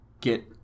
Get